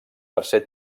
tercer